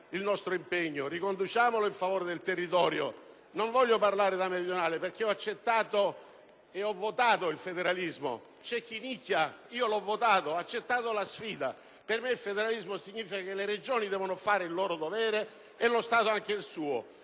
il nostro impegno in favore del territorio. Non voglio parlare da meridionale, perché ho accettato e ho votato il federalismo. C'è chi nicchia, ma io l'ho votato e ho accettato la sfida. Per me federalismo significa che le Regioni devono fare il loro dovere e lo Stato il suo.